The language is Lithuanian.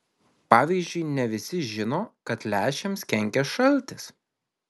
pavyzdžiui ne visi žino kad lęšiams kenkia šaltis